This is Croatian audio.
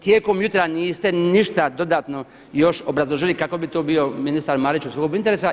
Tijekom jutra niste ništa dodatno još obrazložili kako bi to bio ministar Marić u sukobu interesa.